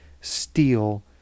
steal